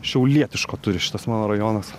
šiaulietiško turi šitas mano rajonas